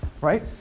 Right